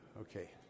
Okay